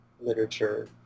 literature